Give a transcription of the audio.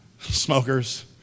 smokers